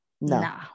No